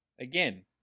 Again